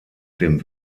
dem